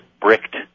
bricked